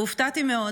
הופתעתי מאוד